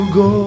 go